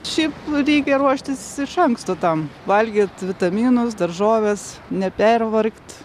šiaip reikia ruoštis iš anksto tam valgyt vitaminus daržoves nepervargt